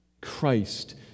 Christ